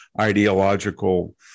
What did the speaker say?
ideological